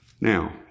Now